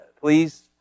please